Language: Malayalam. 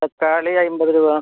തക്കാളി അമ്പത് രൂപ